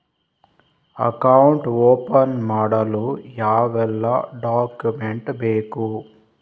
Account open ಮಾಡಲು ಯಾವೆಲ್ಲ document ಬೇಕು?